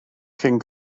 cyn